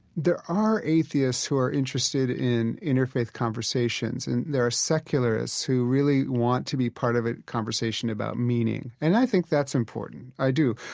there are atheists who are interested in interfaith conversations and there are secularists who really want to be part of a conversation about meaning, and i think that's important. i do.